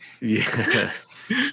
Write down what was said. Yes